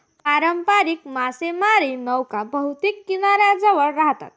पारंपारिक मासेमारी नौका बहुतेक किनाऱ्याजवळ राहतात